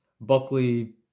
Buckley